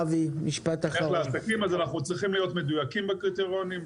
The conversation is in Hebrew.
אז אנחנו צריכים להיות מדויקים בקריטריונים,